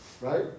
Right